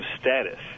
status